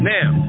Now